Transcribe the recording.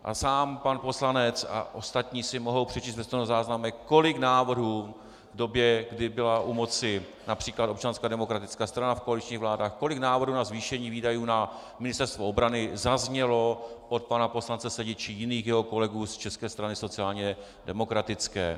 A sám pan poslanec a ostatní si mohou přečíst ve stenozáznamech, kolik návrhů v době, kdy byla u moci například Občanská demokratická strana v koaličních vládách, kolik návrhů na zvýšení výdajů na Ministerstvo obrany zaznělo od pana poslance Sedi či jiných jeho kolegů z České strany sociálně demokratické.